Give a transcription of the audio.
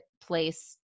place